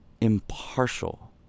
Impartial